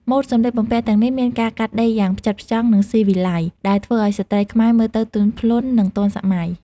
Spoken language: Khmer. ម៉ូដសម្លៀកបំពាក់ទាំងនេះមានការកាត់ដេរយ៉ាងផ្ចិតផ្ចង់ និងស៊ីវីល័យ ដែលធ្វើឲ្យស្ត្រីខ្មែរមើលទៅទន់ភ្លន់ និងទាន់សម័យ។